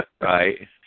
Right